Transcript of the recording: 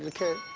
ah kids?